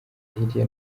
hirya